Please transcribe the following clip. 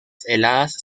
heladas